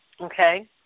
okay